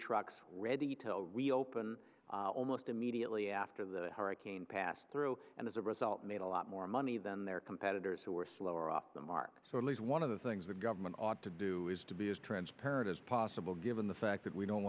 trucks ready to reopen almost immediately after the hurricane passed through and as a result made a lot more money than their competitors who were slower off the mark so at least one of the things the government ought to do is to be as transparent as possible given the fact that we don't